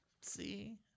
See